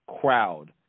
crowd